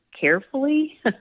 carefully